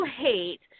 hate